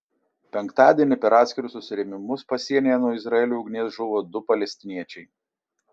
penktadienį per atskirus susirėmimus pasienyje nuo izraelio ugnies žuvo du palestiniečiai